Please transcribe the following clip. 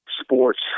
sports